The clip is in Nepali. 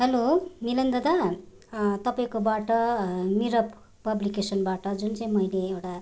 हेलो मिलन दादा तपाईँकोबाट निरव पब्लिकेसनबाट जुन चाहिँ मैले एउटा